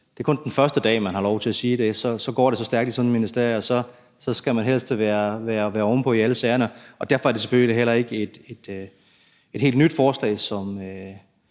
at det kun er den første dag, man har lov til at sige det, og så går det så stærkt i sådan et ministerium, at man helst skal være ovenpå i alle sagerne. Derfor er det selvfølgelig heller ikke et helt nyt forslag, som